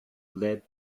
led